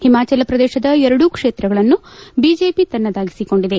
ಹಿಮಾಚಲ ಪ್ರದೇಶದ ಎರಡೂ ಕ್ಷೇತ್ರಗಳನ್ನು ಬಿಜೆಪಿ ತನ್ನದಾಗಿಸಿಕೊಂಡಿದೆ